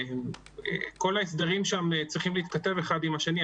וכל ההסדרים שם צריכים להתכתב אחד עם השני.